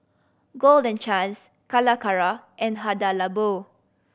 Golden Chance Calacara and Hada Labo